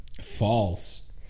False